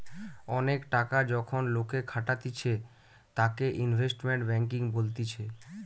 অনেক টাকা যখন লোকে খাটাতিছে তাকে ইনভেস্টমেন্ট ব্যাঙ্কিং বলতিছে